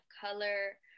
color